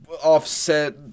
offset